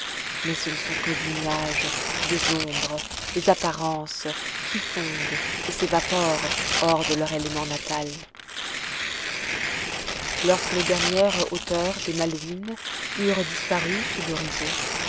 mais ce ne sont que des nuages des ombres des apparences qui fondent et s'évaporent hors de leur élément natal lorsque les dernières hauteurs des malouines eurent disparu sous l'horizon